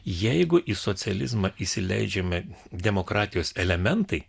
jeigu į socializmą įsileidžiami demokratijos elementai